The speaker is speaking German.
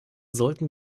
sollten